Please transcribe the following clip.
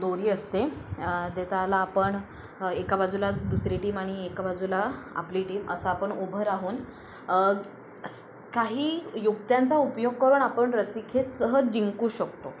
दोरी असते ते त्याला आपण एका बाजूला दुसरी टीम आणि एका बाजूला आपली टीम असं आपण उभं राहून काही युक्त्यांचा उपयोग करुन आपण रस्सीखेच सहज जिंकू शकतो